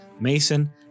mason